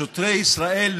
שוטרי ישראל,